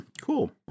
Cool